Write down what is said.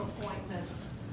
appointments